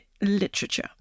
literature